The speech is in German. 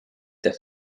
der